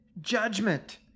judgment